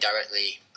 directly